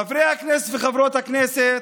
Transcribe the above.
חברי הכנסת וחברות הכנסת,